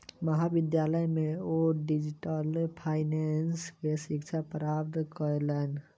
महाविद्यालय में ओ डिजिटल फाइनेंस के शिक्षा प्राप्त कयलैन